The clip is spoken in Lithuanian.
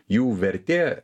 jų vertė